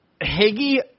Higgy